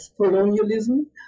colonialism